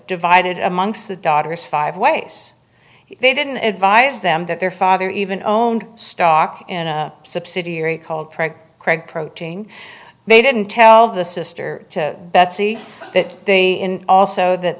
divided amongst the daughters five ways they didn't advise them that their father even owned stock in a subsidiary called preg craig protein they didn't tell the sister to betsy that they also that